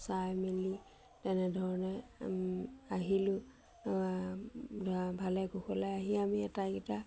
চাই মেলি তেনেধৰণে আহিলোঁ ভালে কুশলে আহি আমি এটাইকেইটা